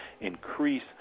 increase